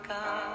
God